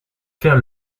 faire